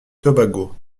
tobago